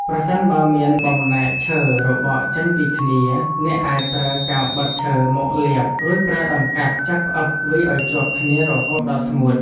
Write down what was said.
ប្រសិនបើមានបំណែកឈើរបកចេញពីគ្នា អ្នកអាចប្រើកាវបិទឈើមកលាប រួចប្រើដង្កាប់ចាប់ផ្អឹបវាឱ្យជាប់គ្នារហូតដល់ស្ងួត។